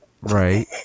Right